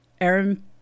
Aaron